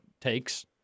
takes